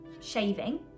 shaving